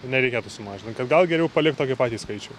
nereikėtų sumažint kad gal geriau palikt tokį patį skaičių